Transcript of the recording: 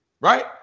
right